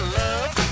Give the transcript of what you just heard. love